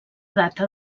data